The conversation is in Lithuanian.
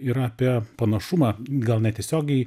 yra apie panašumą gal netiesiogiai